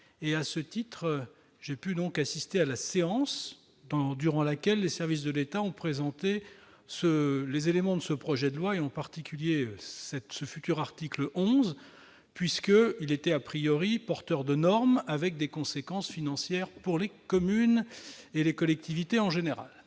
et, à ce titre, j'ai assisté à la séance au cours de laquelle les services de l'État ont présenté les éléments de ce projet de loi, en particulier son futur article 11. Celui-ci devait introduire des normes ayant des conséquences financières pour les communes et les collectivités en général.